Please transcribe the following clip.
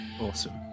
awesome